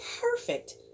perfect